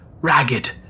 ragged